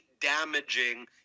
damaging